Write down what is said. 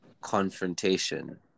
confrontation